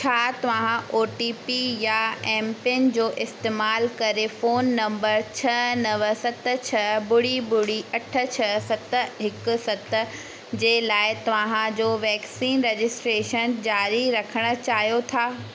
छा तव्हां O T P या एमपिन जो इस्तेमाल करे फोन नंबर छह नव सत छह ॿुड़ी ॿुड़ी अठ छह सत हिकु सत जे लाइ तव्हां जो वैक्सीन रजिस्ट्रेशन जारी रखणु चाहियो था